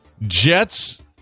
Jets